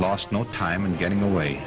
lost no time in getting away